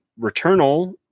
Returnal